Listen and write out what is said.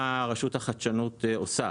רשות החדשנות עושה?